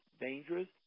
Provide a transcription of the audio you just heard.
dangerous